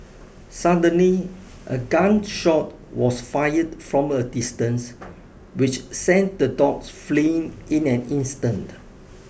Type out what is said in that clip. suddenly a gun shot was fired from a distance which sent the dogs fleeing in an instant